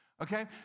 Okay